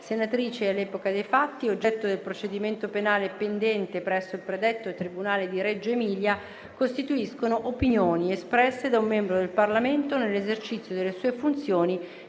senatrice all'epoca dei fatti, oggetto del procedimento penale pendente presso il predetto Tribunale di Reggio Emilia, costituiscono opinioni espresse da un membro del Parlamento nell'esercizio delle sue funzioni